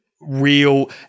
real